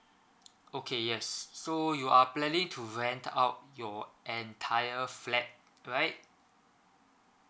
okay yes so you are planning to rent out your entire flat right